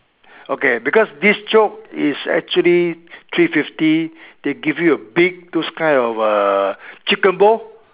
okay because this chok is actually three fifty they gave you a big those kind of uh chicken ball